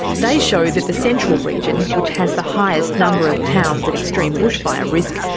they show that the central region, which has the highest number of towns at extreme bushfire risk,